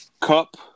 Cup